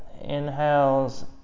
Inhales